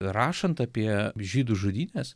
rašant apie žydų žudynes